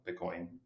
Bitcoin